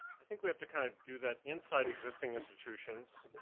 i think we have to kinda do that inside existing institutions,